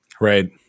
right